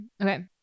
Okay